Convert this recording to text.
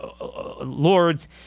Lords